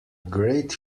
great